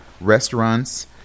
Restaurants